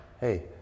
hey